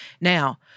Now